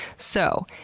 so,